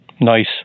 Nice